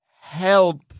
help